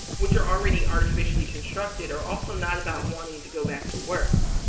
which are already artificially constructed, are also not about wanting to go back to work.